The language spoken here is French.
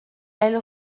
elle